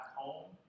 home